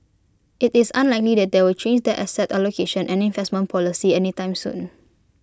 IT is unlikely that they will change their asset allocation and investment policy any time soon